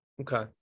Okay